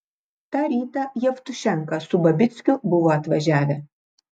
tą rytą jevtušenka su babickiu buvo atvažiavę